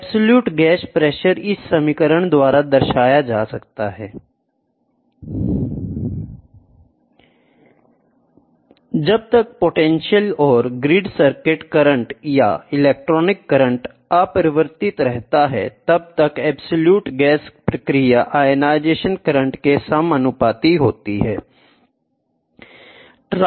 absolute gas pressure इस समीकरण द्वारा दर्शाया जाता है जब तक पोटेंशियल और ग्रिड सर्किट करंट या इलेक्ट्रॉनिक करंट अपरिवर्तित रहता है तब तक एब्सलूट गैस प्रक्रिया आयनाइजेशन करंट के समानुपाती होगी